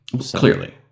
Clearly